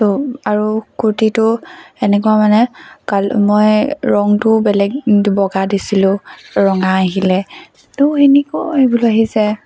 তহ আৰু কুৰ্তিটো তেনেকুৱা মানে কা মই ৰংটো বেলেগ বগা দিছিলো ৰঙা আহিলে তহ তেনেকৈ ভুল আহিছে